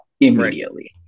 immediately